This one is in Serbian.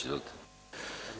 Izvolite.